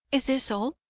is this all?